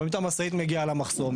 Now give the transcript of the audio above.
רואים את המשאית מגיעה למחסום,